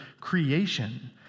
creation